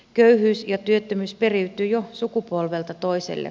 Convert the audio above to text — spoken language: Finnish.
köyhyys ja työttömyys periytyy jo sukupolvelta toiselle